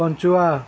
Panchua